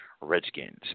Redskins